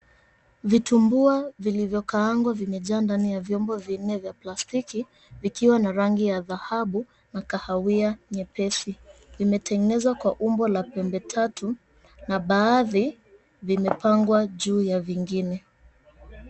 Vitumbua vilivyokaangwa vimejaa ndani ya vyombo vinne vya plastiki, vikiwa na rangi ya dhahabu, na kahawia nyepesi. Vimetengenezwa kwa umbo la pembe tatu, na baadhi vimepangwa juu ya vingine.